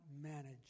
manage